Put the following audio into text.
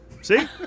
See